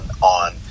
on